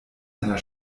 einer